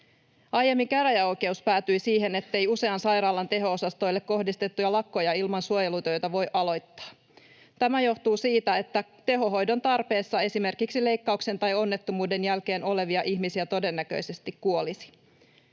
Aiemmin käräjäoikeus päätyi siihen, ettei usean sairaalan teho-osastoille kohdistettuja lakkoja ilman suojelutöitä voi aloittaa. Tämä johtuu siitä, että tehohoidon tarpeessa esimerkiksi leikkauksen tai onnettomuuden jälkeen olevia ihmisiä todennäköisesti kuolisi.